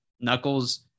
Knuckles